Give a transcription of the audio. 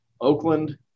Oakland